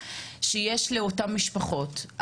שיש לאותן משפחות.